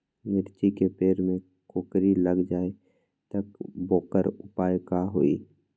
मिर्ची के पेड़ में कोकरी लग जाये त वोकर उपाय का होई?